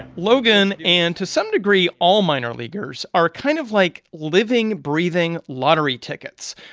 logan, and to some degree all minor leaguers, are kind of like living, breathing lottery tickets.